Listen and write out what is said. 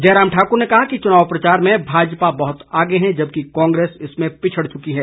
जयराम ठाकुर ने कहा कि चुनाव प्रचार में भाजपा बहुत आगे है जबकि कांग्रेस इसमें पिछड़ चुकी है